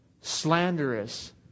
slanderous